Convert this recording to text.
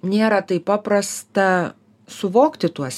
nėra taip paprasta suvokti tuos